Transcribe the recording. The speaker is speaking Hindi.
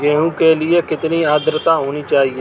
गेहूँ के लिए कितनी आद्रता होनी चाहिए?